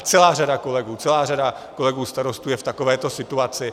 Celá řada kolegů, celá řada kolegů starostů je v takovéto situaci.